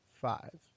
Five